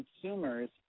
consumers